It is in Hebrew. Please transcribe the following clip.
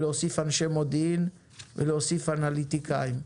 להוסיף אנשי מודיעין ולהוסיף אנליטיקאים.